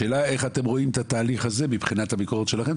השאלה איך אתם רואים את התהליך הזה מבחינת הביקורת שלכם,